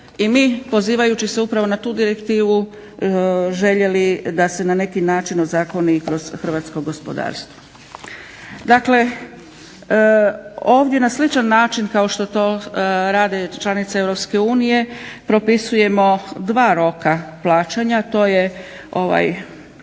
i mi pozivajući se na tu direktivu željeli da se na neki način ozakoni kroz Hrvatsko gospodarstvo. Dakle, ovdje na sličan način kao što to rade članice EU propisujemo dva roka plaćanja. To je rok